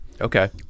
Okay